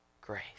grace